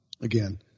again